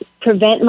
prevent